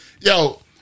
yo